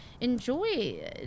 enjoy